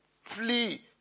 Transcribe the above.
flee